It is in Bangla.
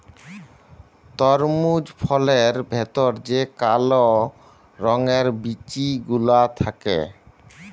তরমুজ ফলের ভেতর যে কাল রঙের বিচি গুলা থাক্যে